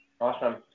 Awesome